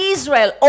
Israel